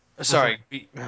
sorry